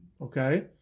okay